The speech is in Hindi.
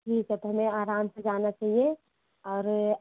ठीक है तो हमें आराम से जाना चाहिए और